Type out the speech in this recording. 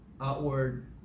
outward